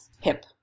Hip